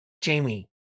jamie